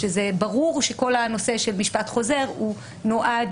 ברור שכל הנושא של משפט חוזר הוא נועד